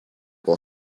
will